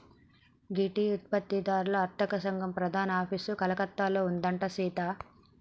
గీ tea ఉత్పత్తి దారుల అర్తక సంగం ప్రధాన ఆఫీసు కలకత్తాలో ఉందంట సీత